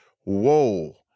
whoa